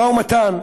משא ומתן,